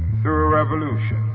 through a revolution.